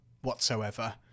whatsoever